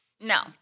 No